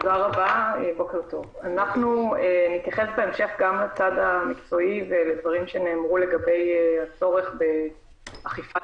אנחנו נתייחס בהמשך גם לצד המקצועי ולדברים שנאמרו לגבי הצורך באכיפת